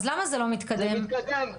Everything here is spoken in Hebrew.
זה מתקדם,